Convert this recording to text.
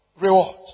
reward